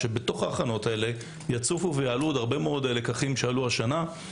שבתוכן יצופו ויעלו עוד הרבה מאוד לקחים שעלו השנה.